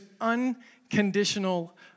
unconditional